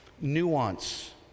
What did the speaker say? nuance